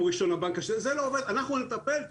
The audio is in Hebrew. אנחנו נטפל,